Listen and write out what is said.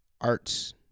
Arts